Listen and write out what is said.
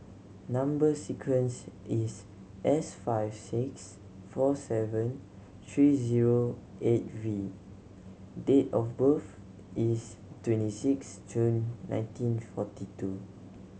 number sequence is S five six four seven three zero eight V and date of birth is twenty six June nineteen forty two